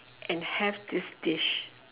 and have this dish